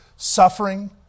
Suffering